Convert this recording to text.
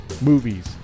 movies